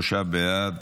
שלושה בעד,